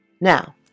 Now